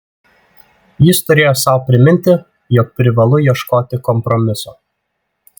jis turėjo sau priminti jog privalu ieškoti kompromiso